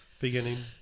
beginning